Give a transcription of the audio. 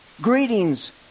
Greetings